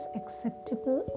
acceptable